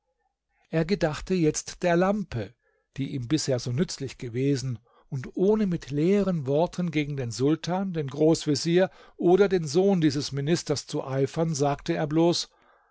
er gedachte jetzt der lampe die ihm bisher so nützlich gewesen und ohne mit leeren worten gegen den sultan den großvezier oder den sohn dieses ministers zu eifern sagte er bloß